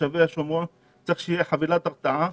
תושבי השומרון וצריך שתהיה חבילת הרתעה